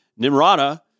Nimrata